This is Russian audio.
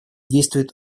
действуют